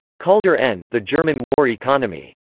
kalder n. the german war economy.